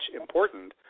important